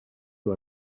für